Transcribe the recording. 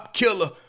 killer